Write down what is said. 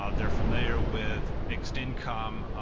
ah they're familiar with mixed-income.